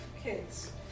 kids